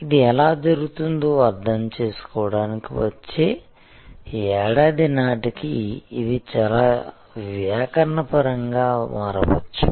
ఇది ఎలా జరుగుతుందో అర్థం చేసుకోవడానికి వచ్చే ఏడాది నాటికి ఇది చాలా వ్యాకరణపరంగా మారవచ్చు